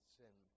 sin